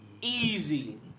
Easy